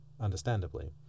understandably